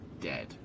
dead